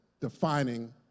defining